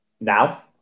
Now